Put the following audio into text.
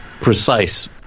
precise